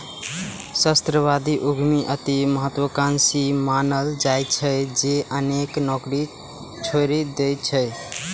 सहस्राब्दी उद्यमी अति महात्वाकांक्षी मानल जाइ छै, जे अनेक नौकरी छोड़ि दैत छै